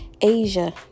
Asia